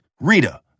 Rita